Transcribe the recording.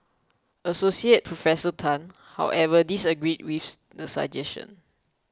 Associated Professor Tan however disagreed with the suggestion